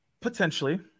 Potentially